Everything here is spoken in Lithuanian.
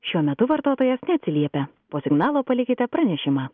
šiuo metu vartotojas neatsiliepia po signalo palikite pranešimą